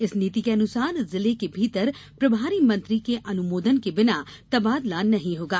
इस नीति के अनुसार जिले के भीतर प्रभारी मंत्री के अनुमोदन के बिना तबादला नहीं होगा